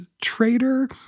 traitor